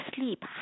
sleep